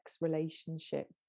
relationship